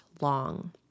long